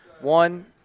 one